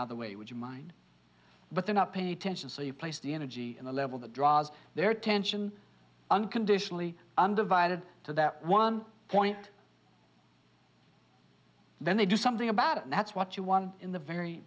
other way would you mind but they're not paying attention so you place the energy in a level that draws their attention unconditionally undivided to that one point then they do something about it and that's what you want in the very